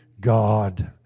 God